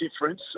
difference